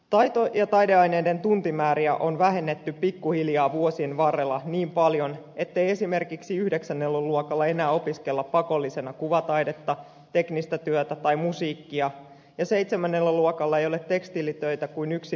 taito ja taideaineiden tuntimääriä on vähennetty pikkuhiljaa vuosien varrella niin paljon että esimerkiksi yhdeksännellä luokalla ei enää opiskella pakollisena kuvataidetta teknistä työtä tai musiikkia ja seitsemännellä luokalla ei ole tekstiilitöitä kuin yksi viikkotunti